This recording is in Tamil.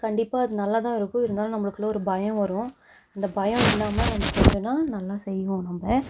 கண்டிப்பாக அது நல்லாதான் இருக்குது இருந்தாலும் நம்மளுக்குள்ள ஒரு பயம் வரும் அந்த பயம் இல்லாமல் நம்ம செஞ்சோம்னால் நல்லா செய்வோம் நம்ம